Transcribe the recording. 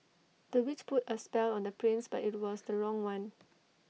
the witch put A spell on the prince but IT was the wrong one